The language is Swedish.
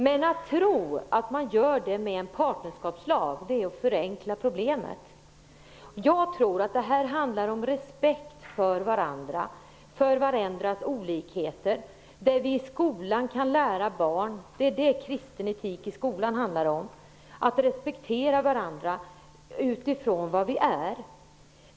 Men att tro att man gör det genom en partnerskapslag är att förenkla problemet. Jag tror att detta handlar om respekt för varandra, för varandras olikheter och det vi i skolan kan lära barn. Det är vad kristen etik i skolan handlar om, att respektera varandra utifrån vad vi är.